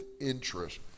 interest